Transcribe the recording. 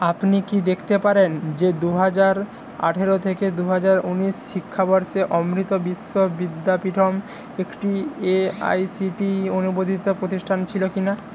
আপনি কি দেখতে পারেন যে দু হাজার আঠেরো থেকে দু হাজার উনিশ শিক্ষাবর্ষে অমৃত বিশ্ব বিদ্যাপীঠম একটি এআইসিটিই অনুমোদিত প্রতিষ্ঠান ছিল কি না